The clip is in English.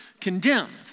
condemned